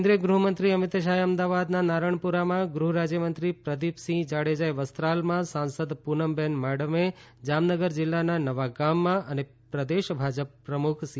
કેન્દ્રિય ગૃહમંત્રી અમીત શાહે અમદાવાદના નારણપુરામાં ગૃહ રાજ્યમંત્રી પ્રદિપસિંહ જાડેજાએ વસ્ત્રાલમાં સાંસદ પૂનમબેન માડમે જામનગર જિલ્લાના નવા ગામમાં પ્રદેશ ભાજપ પ્રમુખ સી